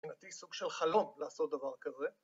‫סוג של חלום לעשות דבר כזה.